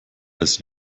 als